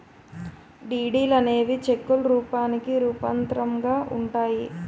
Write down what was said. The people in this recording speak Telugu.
డీడీలు అనేవి చెక్కుల రూపానికి రూపాంతరంగా ఉంటాయి